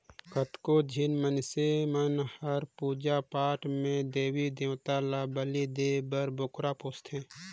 कतको झिन मइनसे मन हर पूजा पाठ में देवी देवता ल बली देय बर बोकरा पोसथे